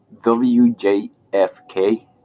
WJFK